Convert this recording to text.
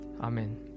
amen